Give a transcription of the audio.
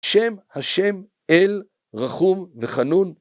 שם השם אל רחום וחנון.